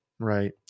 Right